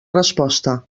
resposta